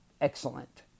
excellent